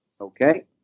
Okay